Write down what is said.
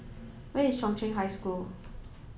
where is Chung Cheng High School